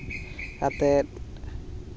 ᱟᱛᱮᱫ